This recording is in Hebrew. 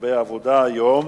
הרבה עבודה היום,